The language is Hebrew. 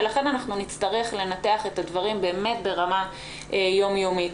לכן אנחנו נצטרך לנתח את הדברים באמת ברמה יום יומית.